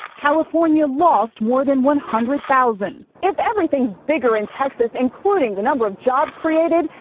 california lost more than one hundred thousand. if everything is bigger in texas, including the number of jobs created,